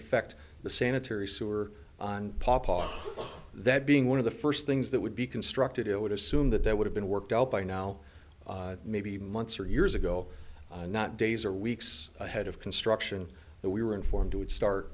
affect the sanitary sewer on that being one of the first things that would be constructed it would assume that they would have been worked out by now maybe months or years ago not days or weeks ahead of construction that we were informed would start